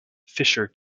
fischer